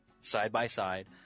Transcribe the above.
side-by-side